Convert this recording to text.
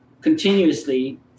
continuously